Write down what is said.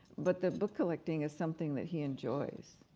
but the book collecting is something that he enjoys.